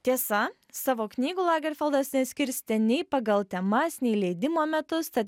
tiesa savo knygų lagerfeldas neskirstė nei pagal temas nei leidimo metus tad